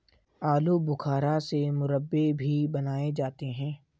आलू बुखारा से मुरब्बे भी बनाए जाते हैं